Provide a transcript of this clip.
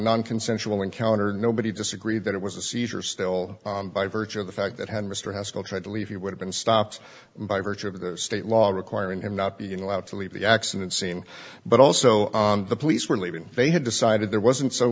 nonconsensual encounter nobody disagree that it was a seizure still by virtue of the fact that had mr haskell tried to leave you would have been stopped by virtue of the state law require and not being allowed to leave the accident scene but also the police were leaving they had decided there wasn't so